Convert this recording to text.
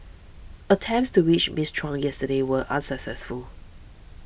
attempts to reach Miss Chung yesterday were unsuccessful